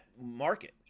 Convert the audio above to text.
market